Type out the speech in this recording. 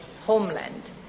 homeland